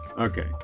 okay